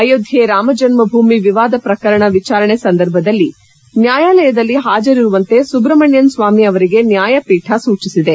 ಅಯೋಧ್ವೆ ರಾಮಜನ್ನಭೂಮಿ ವಿವಾದ ಪ್ರಕರಣ ವಿಚಾರಣೆ ಸಂದರ್ಭದಲ್ಲಿ ನ್ಯಾಯಾಲಯದಲ್ಲಿ ಹಾಜರಿರುವಂತೆ ಸುಬ್ರಮಣ್ಣನ್ ಸ್ವಾಮಿ ಅವರಿಗೆ ನ್ಯಾಯಪೀಠ ಸೂಚಿಸಿದೆ